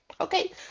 okay